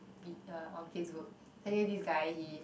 Vita on Facebook but anyway this guy he